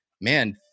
man